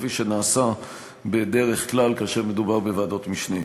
כפי שנעשה בדרך כלל כאשר מדובר בוועדות משנה.